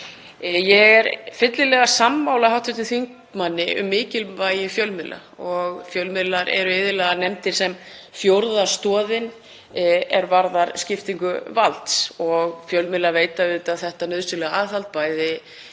Ég er fyllilega sammála hv. þingmanni um mikilvægi fjölmiðla og fjölmiðlar eru iðulega nefndir sem fjórða stoðin er varðar skiptingu valds. Fjölmiðlar veita auðvitað þetta nauðsynlega aðhald, bæði